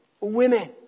women